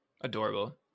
adorable